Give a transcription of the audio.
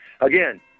Again